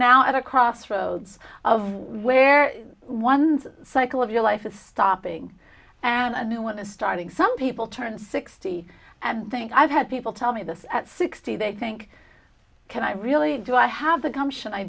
now at a crossroads of where one cycle of your life is stopping and a new one is starting some people turn sixty and think i've had people tell me this at sixty they think can i really do i have the